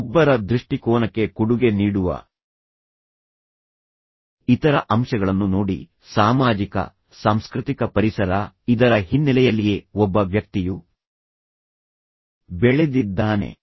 ಒಬ್ಬರ ದೃಷ್ಟಿಕೋನಕ್ಕೆ ಕೊಡುಗೆ ನೀಡುವ ಇತರ ಅಂಶಗಳನ್ನು ನೋಡಿ ಸಾಮಾಜಿಕ ಸಾಂಸ್ಕೃತಿಕ ಪರಿಸರ ಇದರ ಹಿನ್ನೆಲೆಯಲ್ಲಿಯೇ ಒಬ್ಬ ವ್ಯಕ್ತಿಯು ಬೆಳೆದಿದ್ದಾನೆ